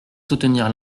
soutenir